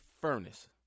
furnace